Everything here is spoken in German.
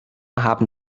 haben